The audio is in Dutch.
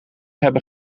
hebben